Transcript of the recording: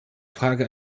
frage